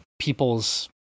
people's